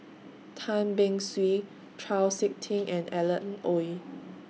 Tan Beng Swee Chau Sik Ting and Alan Oei